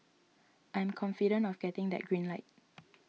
I am confident of getting that green light